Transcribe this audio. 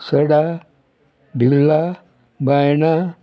सडा Birla बायणां